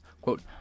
Quote